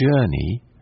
journey